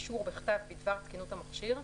באישור בכתב בדבר תקינות המכשיר,